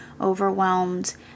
overwhelmed